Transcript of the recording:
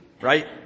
right